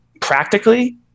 practically